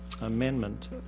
amendment